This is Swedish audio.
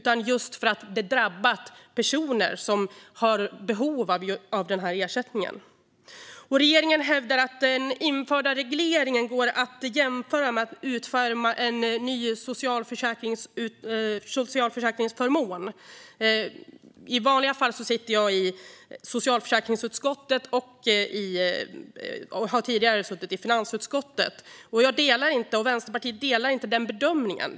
Men det har drabbat personer som har behov av att få ersättningen. Regeringen hävdar att den införda regleringen går att jämföra med att utforma en ny socialförsäkringsförmån. Jag sitter i vanliga fall i socialförsäkringsutskottet och har tidigare suttit i finansutskottet. Jag och Vänsterpartiet delar inte den bedömningen.